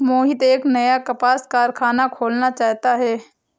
मोहित एक नया कपास कारख़ाना खोलना चाहता है